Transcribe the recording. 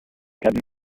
had